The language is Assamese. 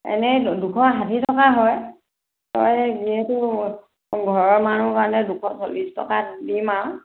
এনেই দুশ ষাঠি টকা হয় তই যিহেতু ঘৰৰ মানুহ কাৰণে দুশ চল্লিছ টকাত দিম আৰু